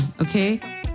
Okay